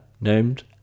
named